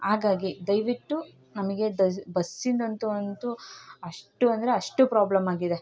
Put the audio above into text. ಹಾಗಾಗಿ ದಯವಿಟ್ಟು ನಮಗೆ ಬಸ್ಸಿಂದಂತೂ ಅಂತೂ ಅಷ್ಟು ಅಂದರೆ ಅಷ್ಟು ಪ್ರಾಬ್ಲಮ್ ಆಗಿದೆ